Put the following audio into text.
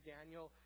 Daniel